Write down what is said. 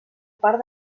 part